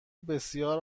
بسیار